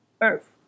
Earth